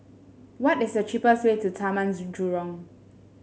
what is the cheapest way to Taman Jurong